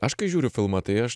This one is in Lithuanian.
aš kai žiūriu filmą tai aš